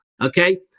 okay